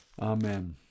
Amen